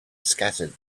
scattered